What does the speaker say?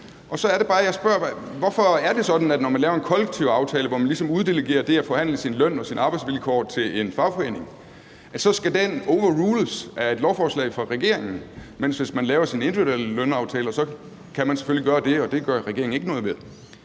jeg spørger: Hvorfor er det sådan, at når man laver en kollektiv aftale, hvor man ligesom uddelegerer det at forhandle sin løn og sine arbejdsvilkår til en fagforening, så skal den overrules af et lovforslag fra regeringen, men hvis man laver en individuel lønaftale, kan man selvfølgelig gøre det, og det gør regeringen ikke noget ved?